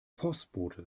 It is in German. postbote